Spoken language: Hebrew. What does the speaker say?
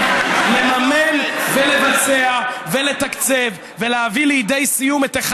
החליטה לממן ולבצע ולתקצב ולהביא לידי סיום את אחד